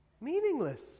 Meaningless